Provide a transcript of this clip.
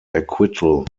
acquittal